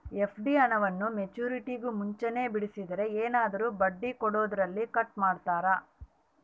FD ಹಣವನ್ನು ಮೆಚ್ಯೂರಿಟಿಗೂ ಮುಂಚೆನೇ ಬಿಡಿಸಿದರೆ ಏನಾದರೂ ಬಡ್ಡಿ ಕೊಡೋದರಲ್ಲಿ ಕಟ್ ಮಾಡ್ತೇರಾ?